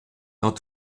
dans